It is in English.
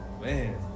Man